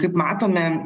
kaip matome